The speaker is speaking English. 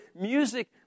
music